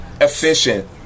efficient